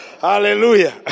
Hallelujah